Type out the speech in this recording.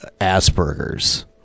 Aspergers